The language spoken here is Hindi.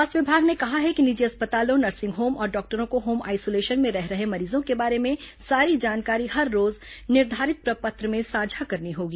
स्वास्थ्य विमाग ने कहा है कि निजी अस्पतालों नर्सिंग होम और डॉक्टरों को होम आइसोलेशन में रह रहे मरीजों के बारे में सारी जानकारी हर रोज निर्धारित प्रपत्र में साझा करनी होगी